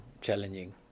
challenging